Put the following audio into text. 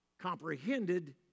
Comprehended